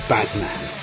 Batman